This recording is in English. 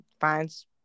finds